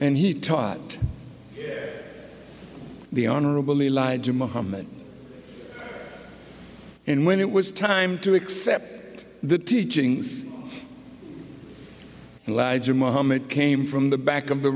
and he taught the honorable elijah muhammad and when it was time to accept the teachings and legend mohammed came from the back of the